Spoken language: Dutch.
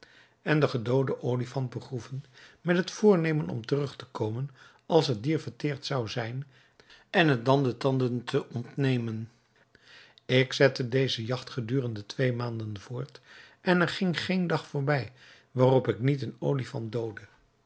en den gedooden olifant begroeven met het voornemen om terug te komen als het dier verteerd zou zijn en het dan de tanden te ontnemen ik zette deze jagt gedurende twee maanden voort en er ging geen dag voorbij waarop ik niet een olifant doodde